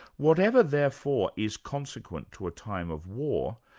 whatever therefore is consequent to a time of war,